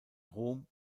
rom